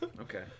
Okay